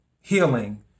healing